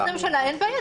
אין בעיה.